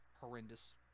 horrendous